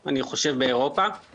אני 20 שנה בכנסת, מפברואר